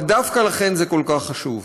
אבל דווקא לכן זה כל כך חשוב.